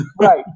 right